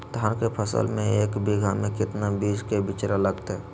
धान के फसल में एक बीघा में कितना बीज के बिचड़ा लगतय?